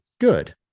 good